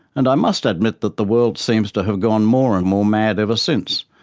and i must admit that the world seems to have gone more and more mad ever since,